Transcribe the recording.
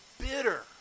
bitter